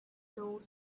though